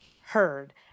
Heard